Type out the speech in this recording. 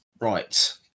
right